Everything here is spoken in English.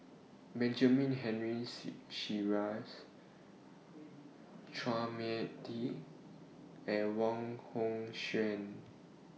Benjamin Henry Sheares Chua Mia Tee and Wong Hong Suen